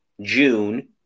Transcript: June